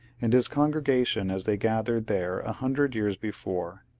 and his congregation as they gathered there a hundred years before.